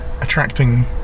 attracting